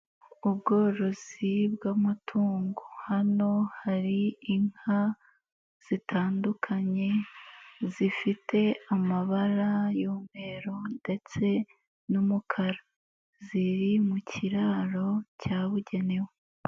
Ubworozi bw'amatungo, hano hari inka zitandukanye, zifite amabara y'umweru ndetse n'umukara, ziri mu kiraro cyabugenewe.